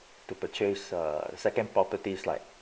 to purchase a second properties like